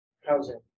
housing